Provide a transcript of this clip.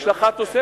יש לך תוספת.